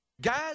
Guys